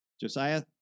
Josiah